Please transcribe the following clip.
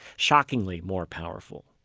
shockingly more powerful.